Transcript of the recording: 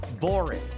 boring